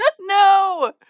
No